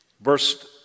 verse